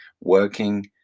working